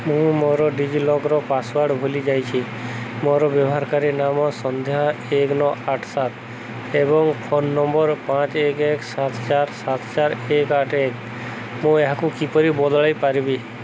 ମୁଁ ମୋର DigiLocker password ଭୁଲି ଯାଇଛି ମୋର ବ୍ୟବହାରକାରୀ ନାମ ସନ୍ଧ୍ୟା ଏକ ନଅ ଆଠ ସାତ ଏବଂ ଫୋନ୍ ନମ୍ବର୍ ପାଞ୍ଚ ଏକ ଏକ ସାତ ଚାରି ସାତ ଚାରି ଏକେ ଆଠ ଏକ ମୁଁ ଏହାକୁ କିପରି ବଦଳାଇ ପାରିବି